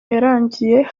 yarangiye